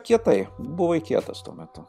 kietai buvai kietas tuo metu